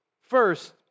First